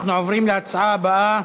אנחנו עוברים להצעה הבאה,